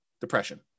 depression